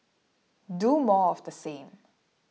do more of the same